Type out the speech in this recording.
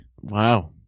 Wow